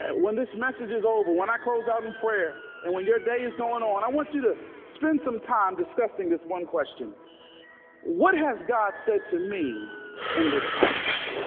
and when this message is over when i close out in prayer and when your day is going on i want you to spend some time discussing this one question what has god said to me in this passage?